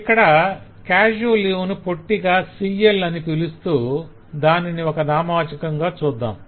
ఇక్కడ casual leave ను పొట్టిగా CL అని పిలుస్తూ దానిని ఒక నామవాచాకంగా చూద్దాం